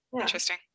Interesting